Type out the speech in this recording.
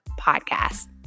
podcast